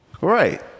Right